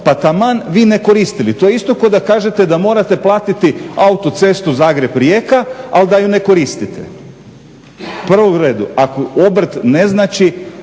pa taman vi ne koristili. To je isto kao da kažete da morate platiti autocestu Zagreb-Rijeka ali da ju ne koristite. U prvom redu, ako obrt ne znači